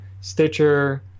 Stitcher